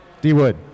D-Wood